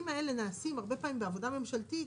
איפה שנעשית עבודת המטה הממשלתית,